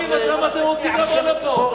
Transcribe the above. אנחנו כל כך רעים, אז למה אתם רוצים לבוא לפה?